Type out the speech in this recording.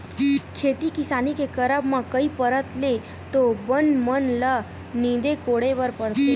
खेती किसानी के करब म कई परत ले तो बन मन ल नींदे कोड़े बर परथे